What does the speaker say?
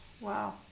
wow